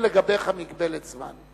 אין לגביך מגבלת זמן.